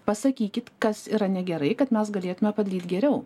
pasakykit kas yra negerai kad mes galėtume padaryt geriau